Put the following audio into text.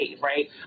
right